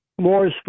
more